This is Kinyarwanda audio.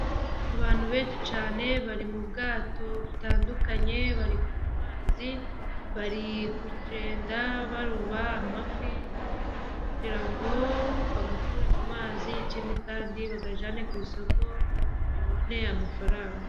Abantu benshi cyane bari mu bwato butandukanye , bari ku mazi bari kugenda baroba amafi kugira ngo bayakure mu mazi ikindi kandi bayajyane ku isoko babone amafaranga.